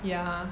ya